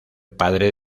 padre